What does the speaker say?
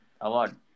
award